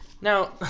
Now